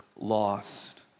lost